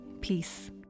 peace